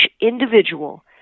individual